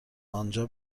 آنجا